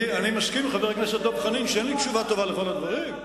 שורף ומזהם אותה,